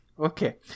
Okay